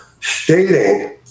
stating